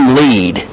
lead